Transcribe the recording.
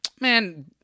Man